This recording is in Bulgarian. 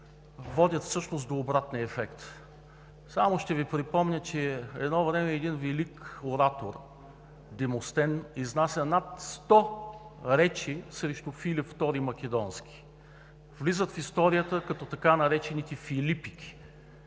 водят всъщност до обратния ефект. Само ще Ви припомня, че едно време един велик оратор – Демостен, изнася над 100 речи срещу Филип ІІ Македонски – влизат в историята като така наречените филипики.